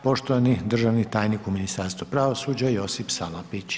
Poštovani državni tajnik u Ministarstvu pravosuđa, Josip Salapić.